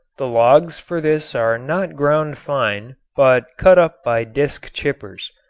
the logs for this are not ground fine, but cut up by disk chippers.